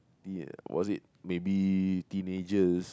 was it maybe teenager